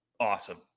awesome